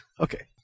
okay